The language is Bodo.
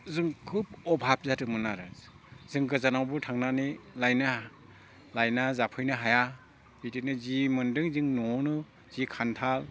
जों खुब अभाब जादोंमोन आरो जों गोजानावबो थांनानै लायना लायना जाफैनो हाया बिदिनो जि मोनदों जोंनि न'आवनो जि खान्थाल